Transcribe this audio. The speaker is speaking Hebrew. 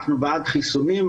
אנחנו בעד חיסונים,